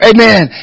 Amen